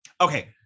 okay